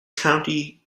county